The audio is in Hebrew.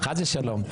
חס ושלום.